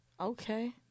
Okay